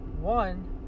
one